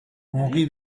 henri